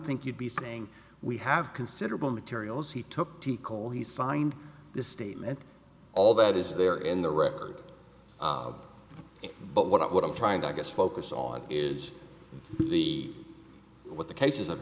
think you'd be saying we have considerable materials he took the call he signed the statement all that is there in the record but what i'm trying to i guess focus on is the what the case